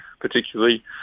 particularly